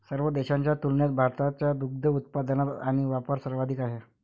सर्व देशांच्या तुलनेत भारताचा दुग्ध उत्पादन आणि वापर सर्वाधिक आहे